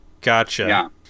Gotcha